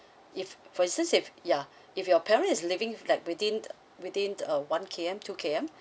if for instance if ya if your parent is living like within within uh one K_M two K_M